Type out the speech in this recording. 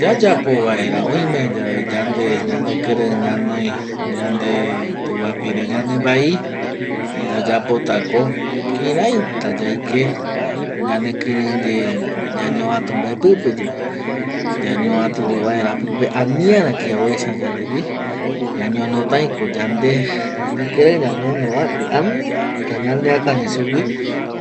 Yaypo vaera oime yave yande ñanekirei ñanoi yande tupapire yandevaei, yayapotako kiraita yaike ñanekireiye ñañovatu mbae pipe yae, ñañovatu vaera pipe aniara kia oesa yandegui, ñañonotaiko yande ñanekirei ñañonoa, erei anita ñaneakañi sugui